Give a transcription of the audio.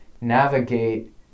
navigate